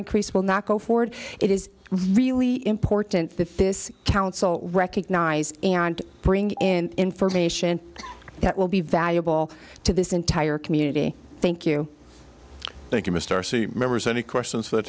increase will not go forward it is really important that this council recognize and bring in information that will be valuable to this entire community thank you thank you mr see members any questions f